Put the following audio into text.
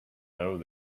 though